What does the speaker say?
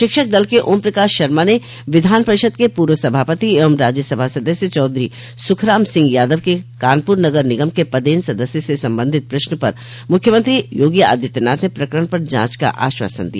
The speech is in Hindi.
शिक्षक दल के ओम प्रकाश शर्मा ने विधान परिषद के पूर्व सभापति एवं राज्यसभा सदस्य चौधरी सुखराम सिंह यादव के कानपुर नगर निगम के पदेन सदस्य से संबंधित प्रश्न पर मुख्यमंत्री योगी आदित्यनाथ ने प्रकरण पर जांच का आश्वासन दिया